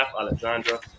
Alexandra